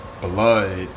blood